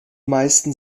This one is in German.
meisten